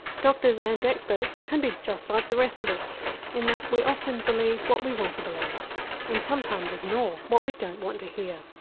doctors and experts can be just like the rest of us in that we often believe what we want to believe and sometimes ignore what we don't want to hear.